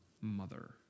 mother